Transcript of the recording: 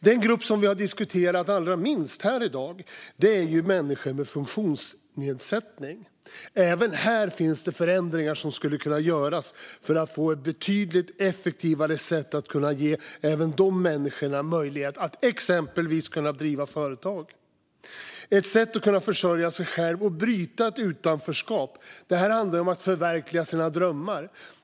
Den grupp som vi har diskuterat allra minst här i dag är människor med funktionsnedsättning. Även här finns det förändringar som skulle kunna göras för att få ett betydligt effektivare sätt att ge även dessa människor möjlighet att exempelvis kunna driva företag - ett sätt att kunna försörja sig själv och bryta ett utanförskap. Det här handlar om att förverkliga sina drömmar.